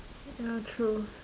ya true